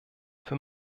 für